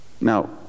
Now